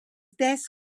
dess